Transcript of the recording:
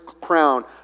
crown